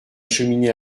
cheminée